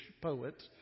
poet